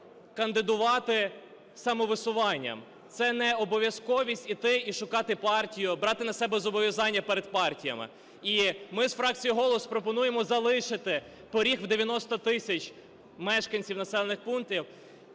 кандидувати самовисуванцям. Це не обов'язковість іти і шукати партію, брати на себе зобов'язання перед партіями. І ми з фракції "Голос" пропонуємо залишити поріг в 90 тисяч мешканців населених пунктів.